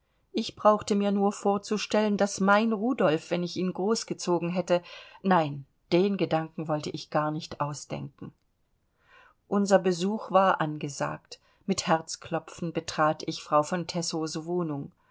ich brauchte mir nur vorzustellen daß mein rudolf wenn ich ihn großgezogen hätte nein den gedanken wollte ich gar nicht ausdenken unser besuch war angesagt mit herzklopfen betrat ich frau von tessows wohnung